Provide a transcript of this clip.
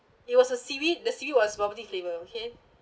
it was a seaweed the seaweed was bubble tea flavour okay